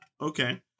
Okay